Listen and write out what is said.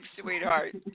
sweetheart